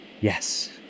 Yes